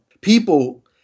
People